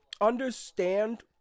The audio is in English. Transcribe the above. understand